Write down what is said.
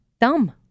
dumb